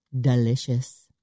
Delicious